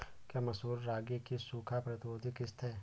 क्या मसूर रागी की सूखा प्रतिरोध किश्त है?